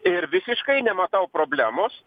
ir visiškai nematau problemos